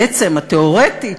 בעצם התיאורטית,